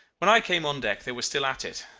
when i came on deck they were still at it,